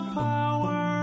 power